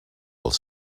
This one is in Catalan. dels